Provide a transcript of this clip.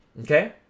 Okay